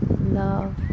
love